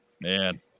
Man